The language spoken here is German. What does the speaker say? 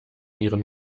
ihren